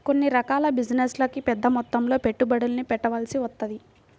కొన్ని రకాల బిజినెస్లకి పెద్దమొత్తంలో పెట్టుబడుల్ని పెట్టాల్సి వత్తది